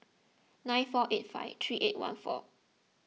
nine four eight five three eight one four